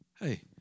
Hey